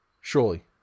Surely